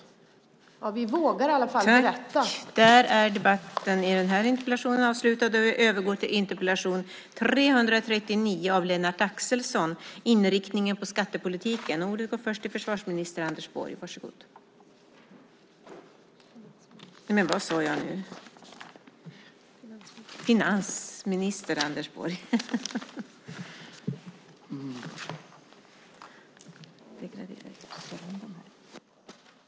: Vi vågar i alla fall berätta.)